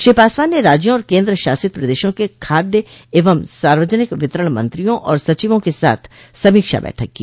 श्री पासवान ने राज्यों और केन्द्रशासित प्रदेशों के खाद्य एवं सार्वजनिक वितरण मंत्रियों और सचिवों के साथ समीक्षा बैठक की